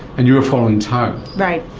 and you're following tau. right.